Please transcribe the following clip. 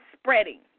spreading